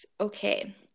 Okay